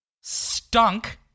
stunk